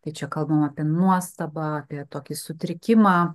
tai čia kalbam apie nuostabą apie tokį sutrikimą